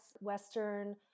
Western